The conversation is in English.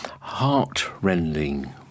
heart-rending